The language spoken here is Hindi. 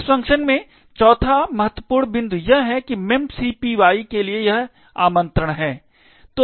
इस फ़ंक्शन में चौथा महत्वपूर्ण बिंदु यह है कि memcpy के लिए यह आमंत्रण है